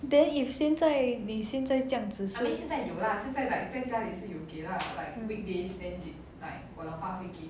then if 现在你这样子是